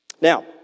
Now